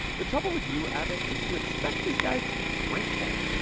the trouble with you abbott is you expect these guys to be grateful.